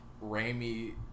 ramy